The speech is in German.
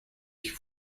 ich